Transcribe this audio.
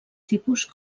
tipus